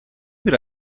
bir